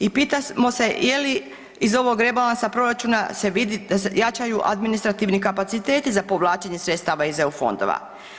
I pitamo se je li iz ovog rebalansa proračuna se vidi da se jačaju administrativni kapaciteti za povlačenje sredstava iz EU fondova?